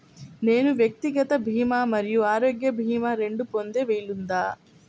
నేను వ్యక్తిగత భీమా మరియు ఆరోగ్య భీమా రెండు పొందే వీలుందా?